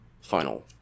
final